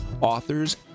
authors